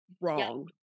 wrong